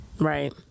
Right